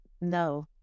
no